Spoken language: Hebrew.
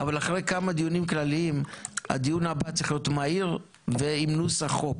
אבל אחרי כמה דיונים כלליים הדיון הבא צריך להיות מהיר ואינוס החוק.